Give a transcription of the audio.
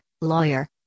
lawyer